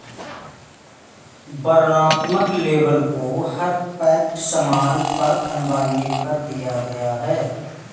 वर्णनात्मक लेबल को हर पैक्ड सामान पर अनिवार्य कर दिया गया है